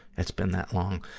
it's been that long.